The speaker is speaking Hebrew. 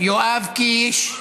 יואב קיש.